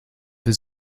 für